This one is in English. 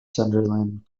sunderland